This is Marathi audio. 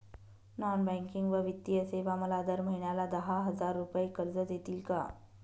नॉन बँकिंग व वित्तीय सेवा मला दर महिन्याला दहा हजार रुपये कर्ज देतील का?